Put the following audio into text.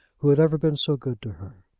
who had ever been so good to her!